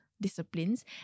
disciplines